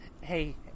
Hey